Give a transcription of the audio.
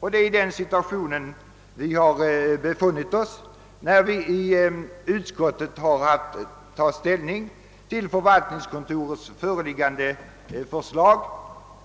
Det är i den situationen vi har befunnit oss när vi i utskottet haft att ta ställning till förvaltningskontorets förslag.